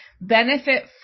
benefit